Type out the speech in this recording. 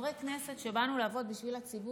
כחברי כנסת שבאנו לעבוד בשביל הציבור,